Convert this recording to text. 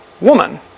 woman